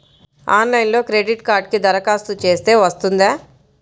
ఆన్లైన్లో క్రెడిట్ కార్డ్కి దరఖాస్తు చేస్తే వస్తుందా?